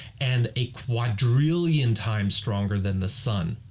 and a quadrillion times stronger than the sun.